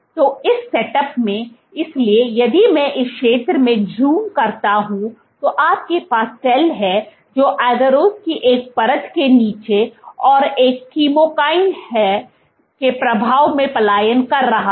तो इस सेटअप में इसलिए यदि मैं इस क्षेत्र में ज़ूम करता हूं तो आपके पास सेल है जो agarose की एक परत के नीचे और एक केमोकाइनchemokine के प्रभाव में पलायन कर रहा है